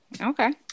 Okay